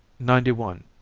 ninety one.